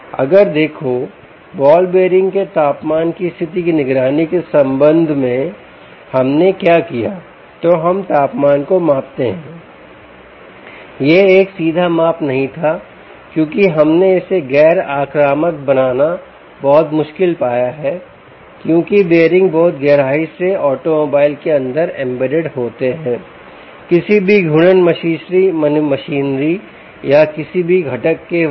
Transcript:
अगर देखो ball bearing के तापमान की स्थिति की निगरानी के संबंध में हमने क्या किया तो हम तापमान को मापते हैं यह एक सीधा माप नहीं था क्योंकि हमने इसे गैर आक्रामक बनाना बहुत मुश्किल पाया है क्योंकि बीयरिंग बहुत गहराई से ऑटोमोबाइल के अंदर एम्बेडेड होते हैं किसी भी घूर्णन मशीनरी या किसी भी घटक के वहाँ